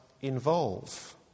involve